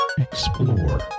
Explore